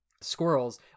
squirrels